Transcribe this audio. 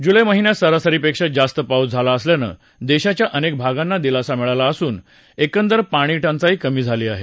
July महिन्यात सरासरीपेक्षा जास्त पाऊस झाला असल्यानं देशाच्या अनेक भागांना दिलासा मिळाला असून एकंदर पाणीटंचाई कमी झाली आहे